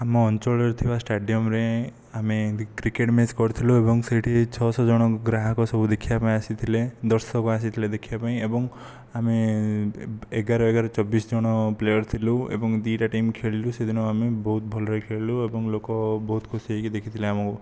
ଆମ ଅଞ୍ଚଳରେ ଥିବା ଷ୍ଟାଡ଼ିଅମରେ ଆମେ କ୍ରିକେଟ୍ ମ୍ୟାଚ୍ କରିଥିଲୁ ଏବଂ ସେଇଠି ଛଅଶହ ଜଣ ଗ୍ରାହାକ ସବୁ ଦେଖିବା ପାଇଁ ଆସିଥିଲେ ଦର୍ଶକ ଆସିଥିଲେ ଦେଖିବା ପାଇଁ ଏବଂ ଆମେ ଏଗାର ଏଗାର ଚବିଶ ଜଣ ପ୍ଲେୟର୍ ଥିଲୁ ଏବଂ ଦୁଇଟା ଟିମ୍ ଖେଳିଲୁ ସେଦିନ ଆମେ ବହୁତ ଭଲରେ ଖେଳିଲୁ ଏବଂ ଲୋକ ବହୁତ ଖୁସି ହୋଇକି ଦେଖିଥିଲେ ଆମକୁ